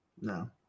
No